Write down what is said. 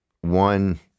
one